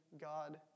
God